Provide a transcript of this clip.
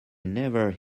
never